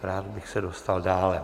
Rád bych se dostal dále.